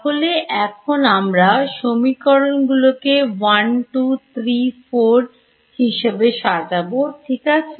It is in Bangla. তাহলে এখন আমরা সমীকরণগুলো কে ওয়ান টু থ্রি ফোর1234 হিসাবে সাজাবো ঠিক আছে